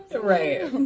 Right